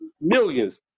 millions